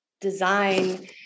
design